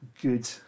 good